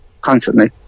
constantly